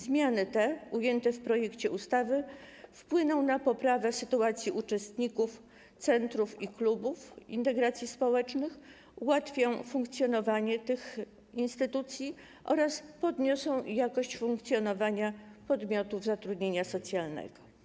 Zmiany te, ujęte w projekcie ustawy, wpłyną na poprawę sytuacji uczestników centrów i klubów integracji społecznej, ułatwią funkcjonowanie tych instytucji oraz podniosą jakość funkcjonowania podmiotów zatrudnienia socjalnego.